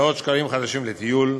מאות שקלים חדשים לטיול,